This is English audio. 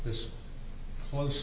this was